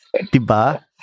tiba